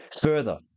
Further